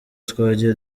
twagiye